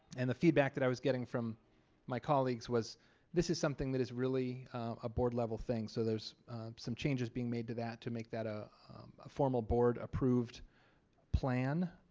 and the feedback that i was getting from my colleagues was this is something that is really a board level thing so there's some changes being made to that to make that ah a formal board approved plan.